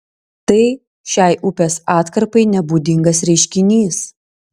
tai šiai upės atkarpai nebūdingas reiškinys